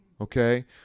okay